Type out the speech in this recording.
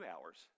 hours